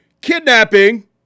Kidnapping